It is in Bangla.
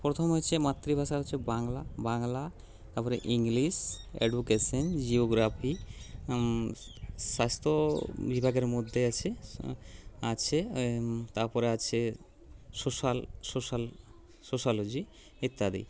প্রথম হয়েছে মাতৃভাষা হচ্ছে বাংলা বাংলা তারপরে ইংলিশ এডুকেশেন জিওগ্রাফি শাস্ত্রবিভাগের মধ্যে আছে আছে তারপর আছে সোশ্যাল সোশ্যাল সোশ্যালজি ইত্যাদি